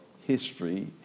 history